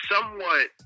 somewhat